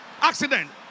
accident